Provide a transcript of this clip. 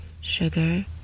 sugar